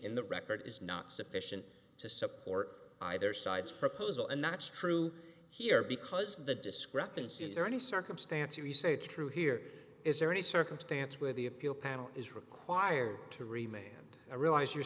in the record is not sufficient to support either side's proposal and that's true here because of the discrepancy is there any circumstance you say true here is there any circumstance where the appeal panel is required to remain and i realize you're